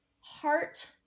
heart